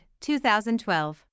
2012